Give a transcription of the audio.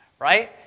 right